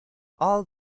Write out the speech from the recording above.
all